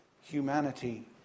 humanity